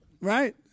right